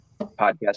podcast